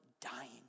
dying